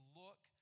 look